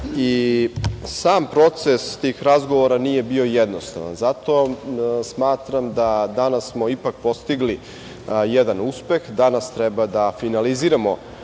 Sam proces tih razgovora nije bio jednostavan. Zato smatram da smo danas ipak postigli jedan uspeh, danas treba da finaliziramo